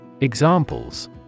Examples